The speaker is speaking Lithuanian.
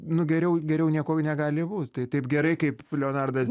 nu geriau geriau nieko negali būt tai taip gerai kaip leonardas